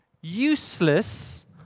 useless